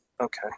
Okay